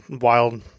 wild